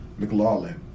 McLaurin